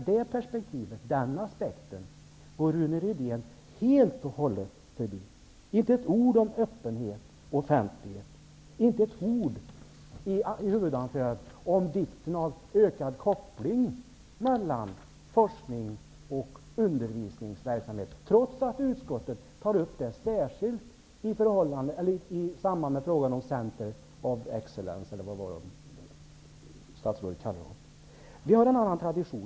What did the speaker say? Den aspekten går Rune Rydén helt förbi, inte ett ord i huvudanförandet om vikten av ökad koppling mellan forskning och undervisningsverksamhet, trots att utskottet tar upp det särskilt i samband med frågan om ''centers of excellence'' eller vad statsrådet kallar dem.